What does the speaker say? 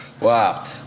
Wow